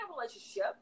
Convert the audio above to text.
relationship